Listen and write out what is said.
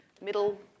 middle